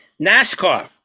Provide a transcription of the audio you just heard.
nascar